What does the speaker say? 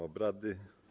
obrady.